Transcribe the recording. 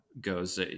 goes